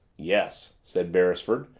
yes, said beresford.